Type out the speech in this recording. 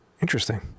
interesting